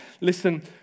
Listen